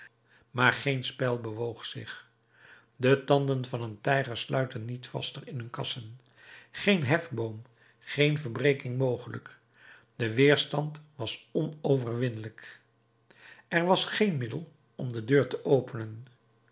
maar geen spijl bewoog zich de tanden van een tijger sluiten niet vaster in hun kassen geen hefboom geen verbreking mogelijk de weerstand was onverwinlijk er was geen middel om de deur te openen